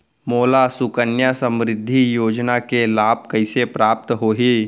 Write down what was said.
मोला सुकन्या समृद्धि योजना के लाभ कइसे प्राप्त होही?